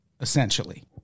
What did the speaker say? essentially